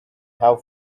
have